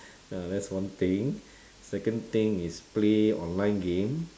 uh that's one thing second thing is play online game